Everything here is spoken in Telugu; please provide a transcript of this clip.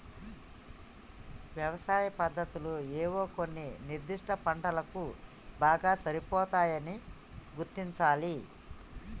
యవసాయ పద్దతులు ఏవో కొన్ని నిర్ధిష్ట పంటలకు బాగా సరిపోతాయని గుర్తించాలి